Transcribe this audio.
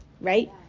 right